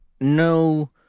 no